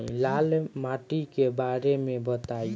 लाल माटी के बारे में बताई